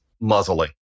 muzzling